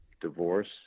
divorce